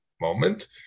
moment